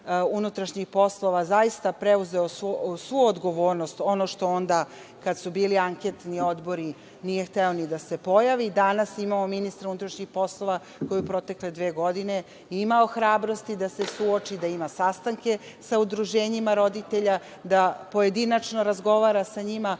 unutrašnjih poslova zaista preuzeo svu odgovornost, ono što onda kada su bili anketni odbori nije hteo ni da se pojavi, danas imamo ministra unutrašnjih poslova koji u protekle dve godine imao hrabrosti da se suoči, da ima sastanke sa udruženjima roditelja, da pojedinačno razgovara sa njima